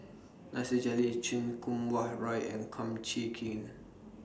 Nasir Jalil Chan Kum Wah Roy and Kum Chee Kin